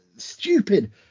Stupid